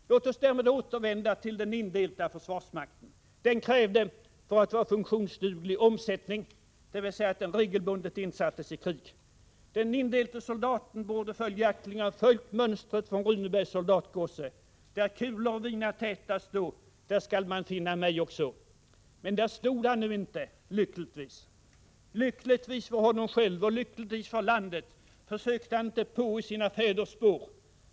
Låt oss därmed återvända till den indelta försvarsmakten. Den krävde, för att vara funktionsduglig, omsättning, dvs. att den regelbundet insattes i krig. Den indelte soldaten borde ha följt mönstret från Runebergs soldatgosse: Der kulor hvina tätast då, der skall man finna mig också Men där stod han nu inte — lyckligtvis. Lyckligtvis för honom själv och lyckligtvis för landet ”försökte han inte på” i sina ”fäders spår”.